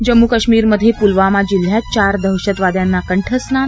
जम्मू काश्मीर मधे पुलवामा जिल्ह्यात चार दहशतवाद्यांना कंठस्नान